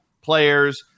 players